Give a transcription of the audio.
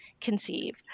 conceive